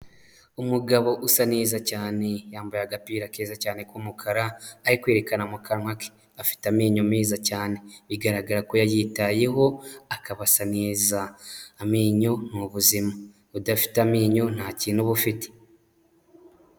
Umugabo usa neza cyane yambaye agapira keza cyane k'umukara, ari kwerekana mu kanwa ke, afite amenyo meza cyane, bigaragara ko yayitayeho akaba asa neza, amenyo ni ubuzima, udafite amenyo ntakintu uba ufite.